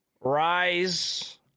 Rise